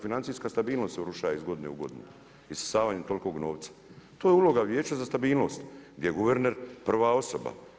Financijska stabilnost se urušava iz godine u godinu, isisavanjem tolikog novca, to je uloga Vijeća za stabilnost, gdje je guverner prva osoba.